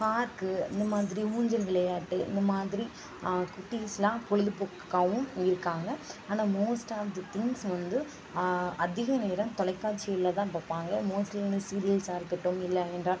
park இந்த மாதிரி ஊஞ்சல் விளையாட்டு இந்தமாதிரி குட்டீஸ்லாம் பொழுதுபோக்குக்காகவும் இருக்காங்கள் ஆனால் மோஸ்டா ஆப் தி திங்க்ஸ் வந்து அதிக நேரம் தொலைக்காட்சியில் தான் பார்ப்பாங்க மோஸ்ட்லி வந்து சீரியல்ஸாக இருக்கட்டும் இல்லை என்றால்